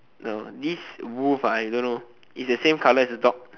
no this wolf ah I don't know is the same colour as the dog